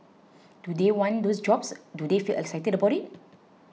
do they want those jobs do they feel excited about it